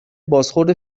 بازخورد